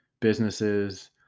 businesses